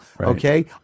okay